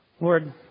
Lord